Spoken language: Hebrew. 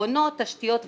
קרונות, תשתיות וכולי.